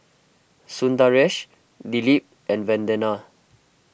Sundaresh Dilip and Vandana